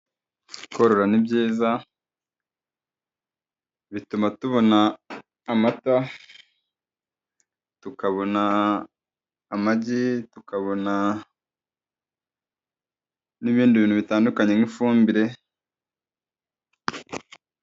Korora ni byiza, bituma tubona amata, tukabona amagi, tukabona n'ibindi bintu bitandukanye nk'ifumbire.